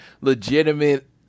legitimate